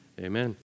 Amen